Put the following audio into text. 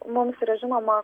mums yra žinoma